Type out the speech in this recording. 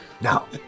Now